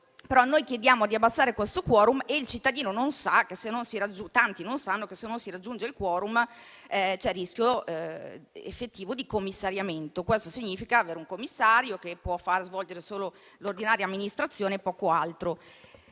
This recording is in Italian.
però chiediamo di abbassare il *quorum*. Tanti non sanno che, se non si raggiunge il *quorum*, c'è il rischio effettivo di commissariamento. Questo significa avere un commissario che può far svolgere solo l'ordinaria amministrazione e poco altro.